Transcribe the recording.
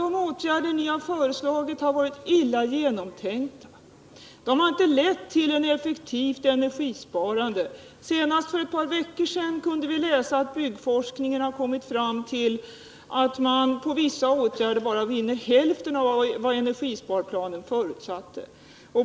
De åtgärder som ni föreslagit har nämligen varit dåligt genomtänkta. De har inte lett till ett effektivt energisparande. Senast för ett par veckor sedan kunde vi läsa att forskningen har kommit fram till att man genom en stor del av de vidtagna åtgärderna bara vinner hälften av vad energisparplanen förutsatte.